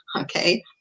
okay